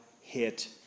hit